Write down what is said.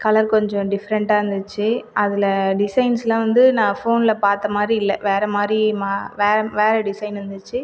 colour கொஞ்சம் டிஃப்ரன்ட்டா இருந்துச்சி அதில் டிசைன்ஸ்லாம் வந்து நான் ஃபோனில் பார்த்த மாதிரி இல்லை வேற மாதிரி மா வே வேற டிசைன் இருந்துச்சு